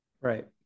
Right